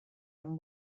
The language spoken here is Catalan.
amb